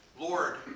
Lord